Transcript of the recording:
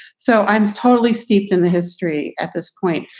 so i am totally steeped in the history at this point.